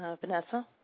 Vanessa